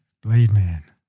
Blade-Man